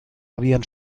habían